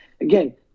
again